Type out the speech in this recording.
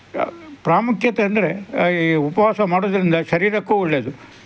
ಪ್ರಾಮುಖ್ಯತೆ ಅಂದರೆ ಈ ಉಪವಾಸ ಮಾಡೋದ್ರಿಂದ ಶರೀರಕ್ಕೂ ಒಳ್ಳೇದು